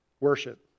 Worship